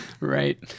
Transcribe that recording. right